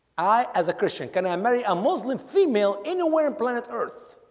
i as a christian, can i marry a muslim female anywhere planet earth?